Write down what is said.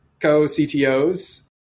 co-CTOs